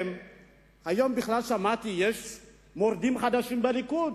היום בכלל שמעתי שיש מורדים חדשים בליכוד.